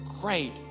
great